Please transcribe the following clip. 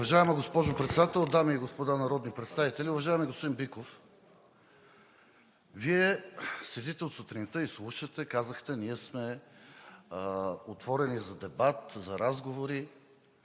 Уважаема госпожо Председател, дами и господа народни представители, уважаеми господин Биков! Вие седите от сутринта и слушате, а казахте: ние сме отворени за дебат, за разговори.